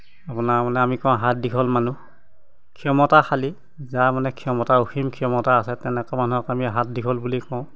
আপোনাৰ মানে আমি কওঁ হাত দীঘল মানুহ ক্ষমতাশালী যাৰ মানে ক্ষমতা অসীম ক্ষমতা আছে তেনেকুৱা মানুহক আমি হাত দীঘল বুলি কওঁ